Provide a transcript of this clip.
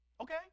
Okay